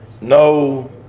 no